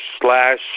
slash